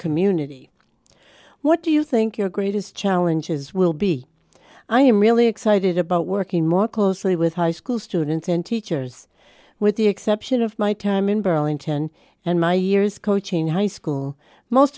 community what do you think your greatest challenges will be i am really excited about working more closely with high school students and teachers with the exception of my time in burlington and my years coaching high school most